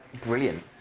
Brilliant